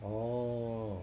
oh